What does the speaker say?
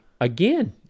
Again